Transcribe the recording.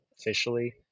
officially